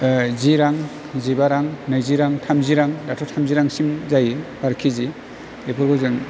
जि रां जिबा रां नैजि रां थामजि रां दाथ' थामजि रांसिम जायो पार कि जि बेफोरखौ जों